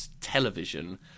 television